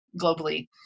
globally